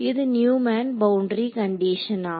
இது Neumann boundary கண்டிஷனா